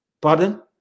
Pardon